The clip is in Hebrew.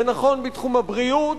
זה נכון בתחום הבריאות,